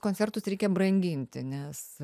koncertus reikia branginti nes